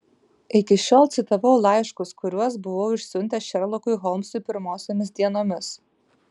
iki šiol citavau laiškus kuriuos buvau išsiuntęs šerlokui holmsui pirmosiomis dienomis